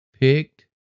Picked